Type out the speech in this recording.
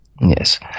Yes